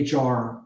HR